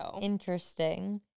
Interesting